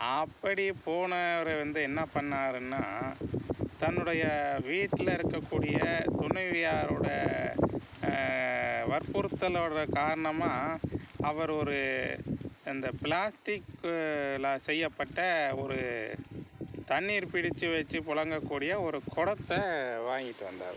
அப்படி போனவர் வந்து என்ன பண்ணாருன்னா தன்னுடைய வீட்டில் இருக்க கூடிய துணைவியாரோடய வற்புறுத்தலோடய காரணமாக அவர் ஒரு அந்த பிளாஸ்டிக்கில் செய்யப்பட்ட ஒரு தண்ணீர் பிடிச்சு வச்சு புழங்கக்கூடிய ஒரு குடத்த வாங்கிட்டு வந்தார்